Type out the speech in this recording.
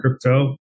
crypto